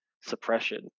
suppression